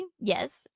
yes